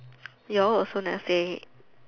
you'll also never say